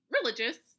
religious